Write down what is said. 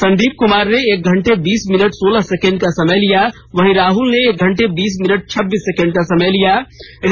संदीप कुमार ने एक घंटे बीस मिनट सोलह सेंकंड का समय लिया वहीं राहुल ने एक घंटे बीस मिनट छब्बीस सेकेंड का समय निकाला